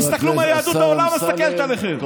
תסתכלו איך יהדות העולם מסתכלת עליכם.